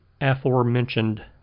aforementioned